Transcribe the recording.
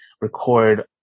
record